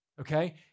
okay